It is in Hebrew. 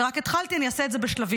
ורק התחלתי, אני אעשה את זה בשלבים.